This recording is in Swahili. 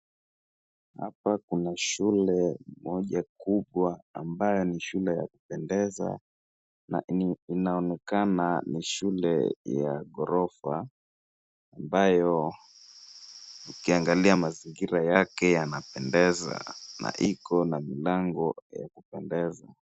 Hapa kuna shule moja kubwa ambayo ni shule ya kupendeza na inaonekana ni shule ya ghorofa ambayo ukiangalia mazingira yake yanapendeza na iko na milango ya kupendeza.